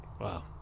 Wow